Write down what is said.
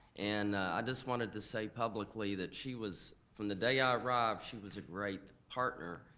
and i just wanted to say publicly that she was, from the day i arrived, she was a great partner,